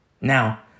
Now